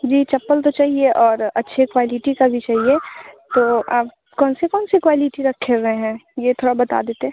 जी चप्पल तो चाहिए और अच्छे क्वालिटी का भी चाहिए तो आप कौन से कौन से क्वालिटी रखे हुए हैं यह थोड़ा बता देते